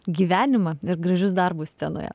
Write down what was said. gyvenimą ir gražius darbus scenoje